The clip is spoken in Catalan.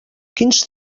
quins